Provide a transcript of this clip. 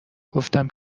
گفتم